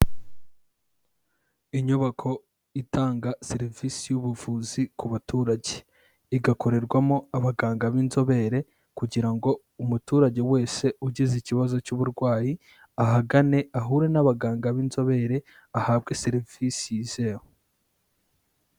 Inyubako itanga serivisi y'ubuvuzi ku baturage. Igakorerwamo abaganga b'inzobere kugira ngo umuturage wese ugize ikibazo cy'uburwayi ahagane, ahure n'abaganga b'inzobere ahabwe serivisi yizewe.